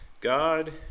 God